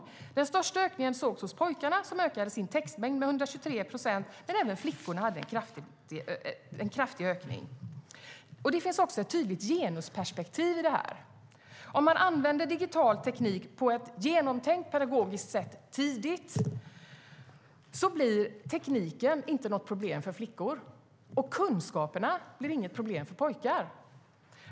Den största ökningen sågs hos pojkarna, som ökade sin textmängd med 123 procent, men även flickorna hade en kraftig ökning. Det finns även ett tydligt genusperspektiv i det här. Om man använder digital teknik på ett genomtänkt och pedagogiskt sätt, tidigt, blir tekniken inget problem för flickor, och kunskaperna blir inget problem för pojkar.